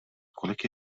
kolik